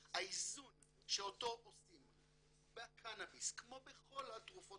האיזון שאותו עושים בקנאביס כמו בכל התרופות